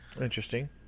Interesting